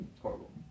Horrible